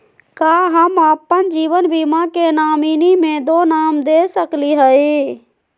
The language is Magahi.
का हम अप्पन जीवन बीमा के नॉमिनी में दो नाम दे सकली हई?